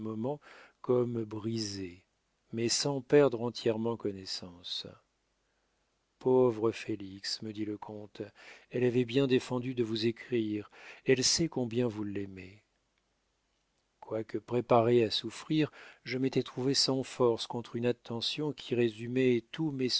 comme brisé mais sans perdre entièrement connaissance pauvre félix me dit le comte elle avait bien défendu de vous écrire elle sait combien vous l'aimez quoique préparé à souffrir je m'étais trouvé sans force contre une attention qui résumait tous mes